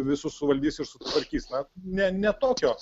visus suvaldys ir sutvarkys na ne ne tokio